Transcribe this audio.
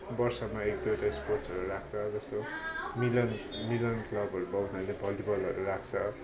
वर्षमा एक दुईवटा स्पोर्ट्सहरू राख्छ जस्तो मिलन मिलन क्लबहरू भयो उनीहरूले भलिबलहरू राख्छ